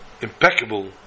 impeccable